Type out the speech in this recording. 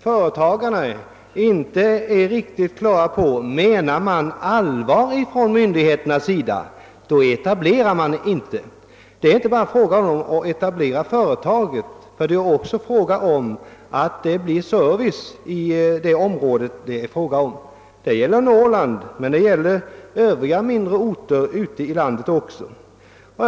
företagarna inte är riktigt på det klara med att myndigheterna menar allvar, då etablerar man inte. Det är inte bara fråga om att etablera ett företag, utan man måste också se till att det finns service i ifrågavarande område. Det gäller Norrland, men det gäller även mindre orter på andra håll i landet.